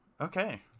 Okay